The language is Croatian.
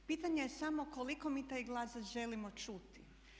Pitanje je samo koliko mi taj glas želimo čuti.